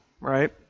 right